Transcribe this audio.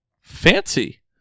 Fancy